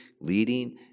leading